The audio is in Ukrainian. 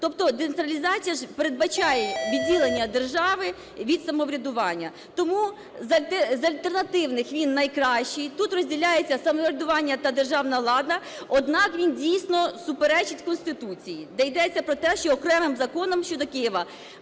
Тобто децентралізація передбачає відділення держави від самоврядування. Тому з альтернативних він найкращий, тут розділяється самоврядування та державна влада, однак він дійсно суперечить Конституції, де йдеться про те, що окремим законом щодо Києва